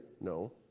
No